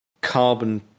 carbon